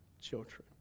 children